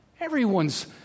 Everyone's